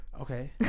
Okay